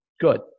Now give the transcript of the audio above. good